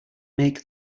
make